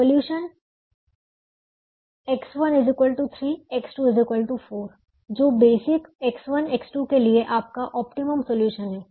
solution X1 3 X2 4 जो basic X1 X2 के लिए आपका ऑप्टिमम सोल्यूशन है